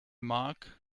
mark